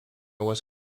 was